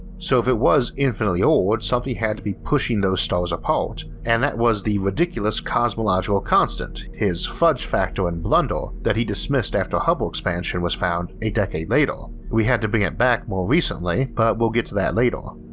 so if it was infinitely old something that had to be pushing those stars apart and that was the ridiculous cosmological constant, his fudge factor and blunder that he dismissed after hubble expansion was found a decade later. we had to bring it back more recently, but will get to that later.